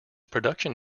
production